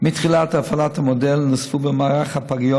מתחילת הפעלת המודל נוספו במערך הפגיות